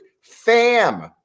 fam